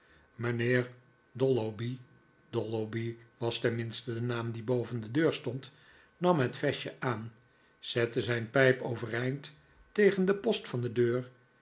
mijnheer dolloby dolloby was tenminste de naam die boven de deur stond nam het vestje aan zette zijn pijp overeind tegen den post van de deur